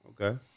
okay